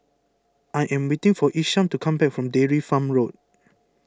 I am waiting for Isham to come back from Dairy Farm Road